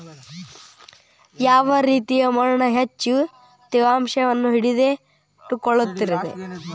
ಯಾವ ರೇತಿಯ ಮಣ್ಣ ಹೆಚ್ಚು ತೇವಾಂಶವನ್ನ ಹಿಡಿದಿಟ್ಟುಕೊಳ್ಳತೈತ್ರಿ?